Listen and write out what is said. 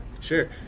Sure